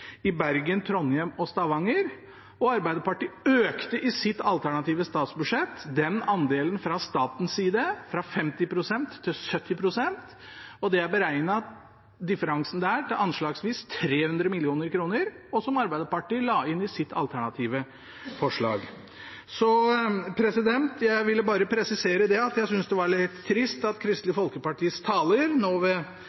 i Bergen, Trondheim og Stavanger. Arbeiderpartiet økte i sitt alternative statsbudsjett den andelen fra statens side fra 50 pst. til 70 pst., og differansen der er beregnet til anslagsvis 300 mill. kr, som Arbeiderpartiet la inn i sitt alternative forslag. Jeg ville bare presisere at jeg synes det var litt trist at Kristelig